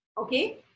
Okay